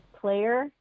player